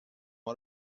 شما